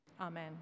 Amen